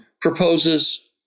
proposes